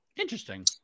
Interesting